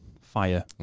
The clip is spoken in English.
Fire